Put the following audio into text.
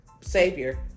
Savior